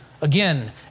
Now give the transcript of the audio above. again